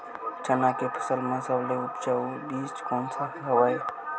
चना के फसल म सबले उपजाऊ बीज कोन स हवय?